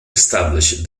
established